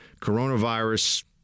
Coronavirus